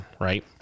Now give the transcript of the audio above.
right